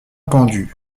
pendue